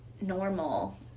normal